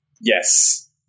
Yes